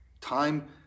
Time